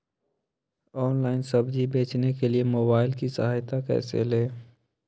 Online सब्जी बेचने के लिए मोबाईल की सहायता कैसे ले?